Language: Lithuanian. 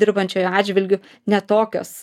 dirbančiojo atžvilgiu ne tokios